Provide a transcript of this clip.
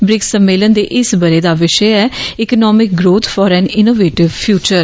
BRICS सम्मेलन दे इस बरे दा विषये ऐ economics growth for and innovative future